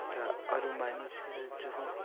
त अरू मानिसहरू जो हो